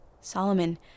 Solomon